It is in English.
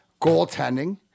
goaltending